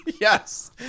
Yes